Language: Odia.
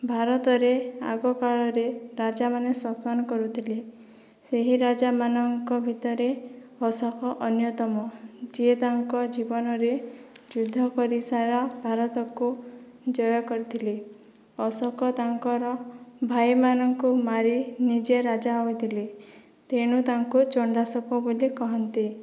ଭାରତରେ ଆଗକାଳରେ ରାଜାମାନେ ଶାସନ କରୁଥିଲେ ସେହି ରାଜାମାନଙ୍କ ଭିତରେ ଅଶୋକ ଅନ୍ୟତମ ଯିଏ ତାଙ୍କ ଜୀବନରେ ଯୁଦ୍ଧକରି ସାରା ଭାରତକୁ ଜୟ କରିଥିଲେ ଅଶୋକ ତାଙ୍କର ଭାଇମାନଙ୍କୁ ମାରି ନିଜେ ରାଜା ହୋଇଥିଲେ ତେଣୁ ତାଙ୍କୁ ଚଣ୍ଡାଶୋକ ବୋଲି କହନ୍ତି